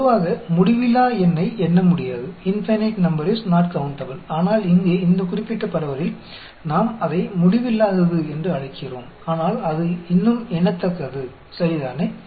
பொதுவாக முடிவிலா எண்ணை எண்ண முடியாது ஆனால் இங்கே இந்த குறிப்பிட்ட பரவலில் நாம் அதை முடிவில்லாதது என்று அழைக்கிறோம் ஆனால் அது இன்னும் எண்ணத்தக்கது சரிதானே